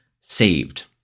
saved